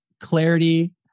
clarity